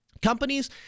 Companies